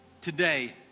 today